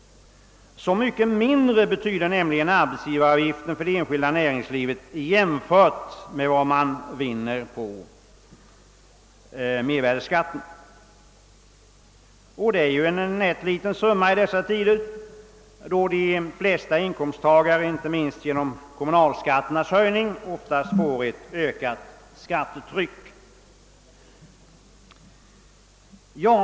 Så mycket mindre betyder nämligen arbetsgivaravgiften för det enskilda näringslivet jämfört med vad man vinner på mervärdeskatten. Det är ju en nätt summa i dessa tider, när de flesta inkomsttagare, inte minst genom kommunalskatternas höjning, får ett ökat skattetryck.